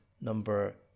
number